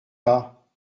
pas